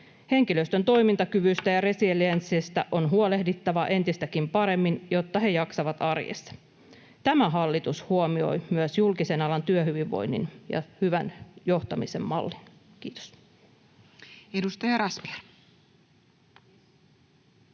Henkilöstön toimintakyvystä ja resilienssistä on huolehdittava entistäkin paremmin, jotta he jaksavat arjessa. Tämä hallitus huomioi myös julkisen alan työhyvinvoinnin ja hyvän johtamisen mallin. — Kiitos. Edustaja Razmyar.